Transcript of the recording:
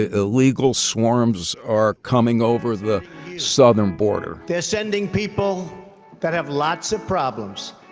ah illegal swarms are coming over the southern border they're sending people that have lots of problems,